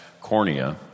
cornea